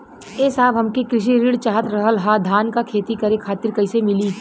ए साहब हमके कृषि ऋण चाहत रहल ह धान क खेती करे खातिर कईसे मीली?